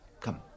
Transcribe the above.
Come